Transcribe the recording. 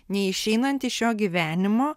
neišeinant iš šio gyvenimo